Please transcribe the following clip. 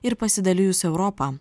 ir pasidalijus europą